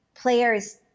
players